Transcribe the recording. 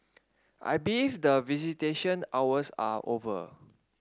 I believe that visitation hours are over